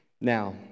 Now